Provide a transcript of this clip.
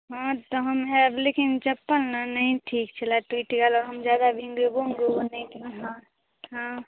हँ तऽ हम आएब लेकिन चप्पल ने नहि ठीक छलै टुटि गेल हम जादा भिगेबो उगेबो नहि हँ हँ